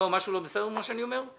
לא, משהו לא בסדר במה שאני אומר?